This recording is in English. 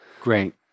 Great